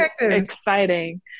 exciting